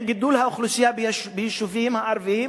עם גידול האוכלוסייה ביישובים הערביים